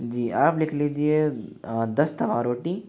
जी आप लिख लीजिए दस तवा रोटी